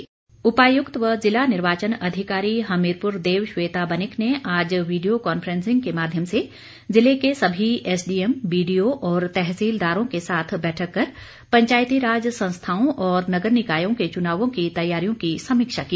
DC Hamirpur उपायुक्त व जिला निर्वाचन अधिकारी हमीरपुर देव शवेता बनिक ने आज वीडियो कांफ्रेसिंग के माध्यम से जिले के सभी एसडीएम बी डीओ और तहसीलदारों के साथ बैठक कर पंचायती राज संस्थाओं और नगर निकायों के चुनावों की तैयारियों की समीक्षा की